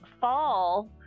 fall